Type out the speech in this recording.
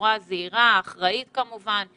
בצורה זהירה ואחראית כמובן,